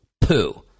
poo